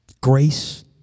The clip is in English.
Grace